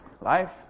life